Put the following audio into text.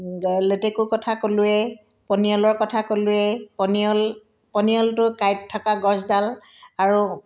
লেটেকুৰ কথা ক'লোৱে পনিয়ালৰ কথা ক'লোৱে পনিয়ল পনিয়লটো কাঁইত থকা গছডাল আৰু